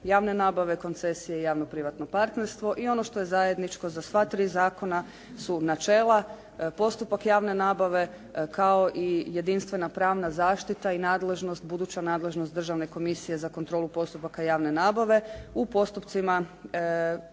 javne nabave, koncesije i javno-privatno partnerstvo. I ono što je zajedničko za sva tri zakona su načela, postupak javne nabave kao i jedinstvena pravna zaštita i nadležnost, buduća nadležnost Državne komisije za kontrolu postupaka javne nabave u postupcima